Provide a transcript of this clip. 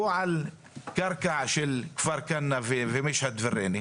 הוא על קרקע של כפר קנא, ומשהאד וריינה.